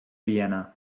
vienna